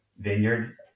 vineyard